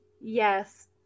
yes